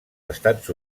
estats